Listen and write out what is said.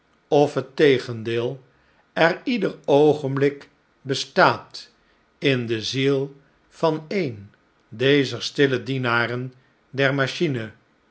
of het tegendeel er ieder oogenblik bestaat in de ziel van een dezer stille dienaren der machine